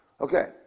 Okay